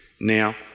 Now